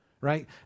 right